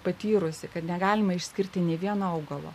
patyrusi kad negalima išskirti nei vieno augalo